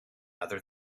other